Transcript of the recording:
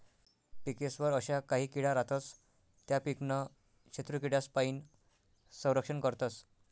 पिकेस्वर अशा काही किडा रातस त्या पीकनं शत्रुकीडासपाईन संरक्षण करतस